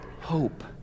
hope